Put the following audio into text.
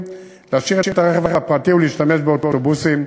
להשאיר את הרכב הפרטי ולהשתמש באוטובוסים,